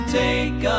take